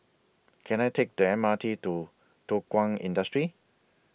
Can I Take The M R T to Thow Kwang Industry